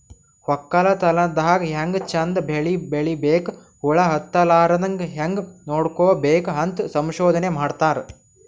ವಕ್ಕಲತನ್ ದಾಗ್ ಹ್ಯಾಂಗ್ ಚಂದ್ ಬೆಳಿ ಬೆಳಿಬೇಕ್, ಹುಳ ಹತ್ತಲಾರದಂಗ್ ಹ್ಯಾಂಗ್ ನೋಡ್ಕೋಬೇಕ್ ಅಂತ್ ಸಂಶೋಧನೆ ಮಾಡ್ತಾರ್